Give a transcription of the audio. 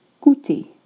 Coûter